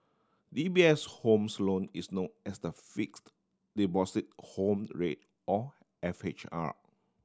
D B S homes loan is known as the Fixed Deposit Home Rate or F H R